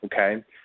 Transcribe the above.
okay